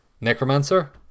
Necromancer